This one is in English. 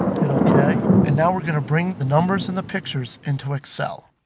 hit okay, and now we're going to bring the numbers in the pictures into excel.